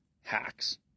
hacks